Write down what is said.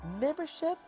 membership